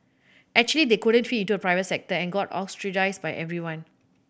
actually they couldn't fit into the private sector and got ostracised by everyone